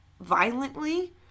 violently